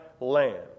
land